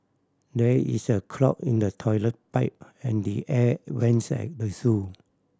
there is a clog in the toilet pipe and the air vents at the zoo